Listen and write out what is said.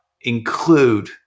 include